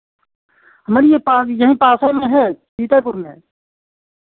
हमारी ये पास यहीं पासे में है सीतैपुर में है